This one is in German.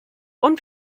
und